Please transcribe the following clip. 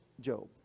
Job